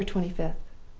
november twenty five